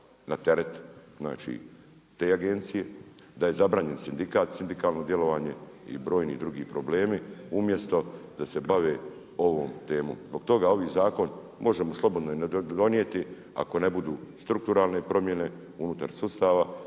na teret znači te agencije, da je zabranjen sindikat, sindikalno djelovanje, i broji drugi problemi, umjesto da se bave ovom temom. Zbog toga ovaj zakon, možemo slobodno donijeti, ako ne budu strukturalne promjene, unutar sustava,